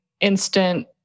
instant